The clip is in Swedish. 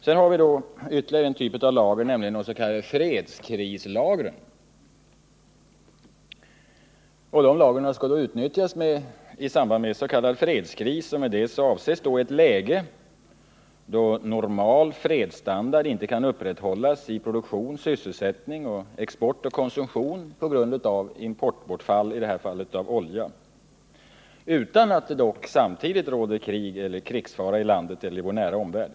Sedan har vi ytterligare en typ av lager, nämligen de s.k. fredskrislagren. De skall utnyttjas i samband med s.k. fredskris, och med det avses ett läge där normal fredsstandard inte kan upprätthållas i produktion, sysselsättning, export och konsumtion på grund av importbortfall, i det här fallet av olja, dock utan att det samtidigt råder krig eller krigsfara i landet eller i vår nära omvärld.